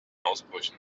ausbrüchen